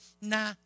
nah